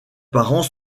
parents